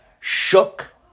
shook